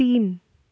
तीन